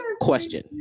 question